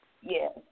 Yes